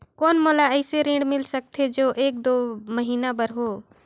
कौन मोला अइसे ऋण मिल सकथे जो एक दो महीना बर हो?